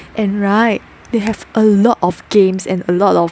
and right they have a lot of games and a lot of